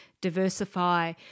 diversify